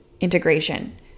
integration